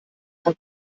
von